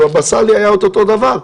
ובבבא סאלי היה את אותו דבר.